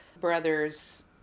brothers